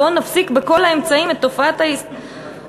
בואו נפסיק בכל האמצעים את תופעת ההסתננות,